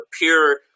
pure